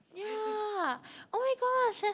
ya oh-my-gosh